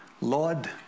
lord